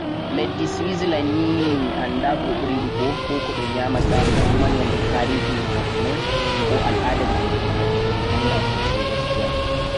leddi Swazilannd ni mi annda ko ɓe ɓuri yiɗugo ko koɓe nyaamata ko 'ko kuma' nyaamndu taarihi wuro maɓɓe ko al'aada nyaamndu wuro maɓɓe may mi annda soosay 'gaskiya'.